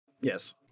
Yes